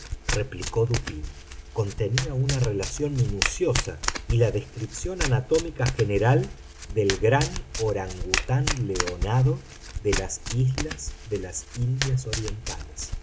replicó dupín contenía una relación minuciosa y la descripción anatómica general del gran orangután leonado de las islas de las indias orientales